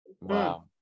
wow